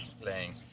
playing